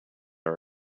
our